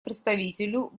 представителю